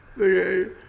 Okay